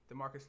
Demarcus